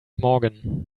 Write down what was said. morgan